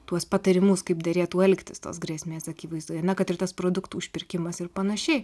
tuos patarimus kaip derėtų elgtis tos grėsmės akivaizdoje na kad ir tas produktų užpirkimas ir panašiai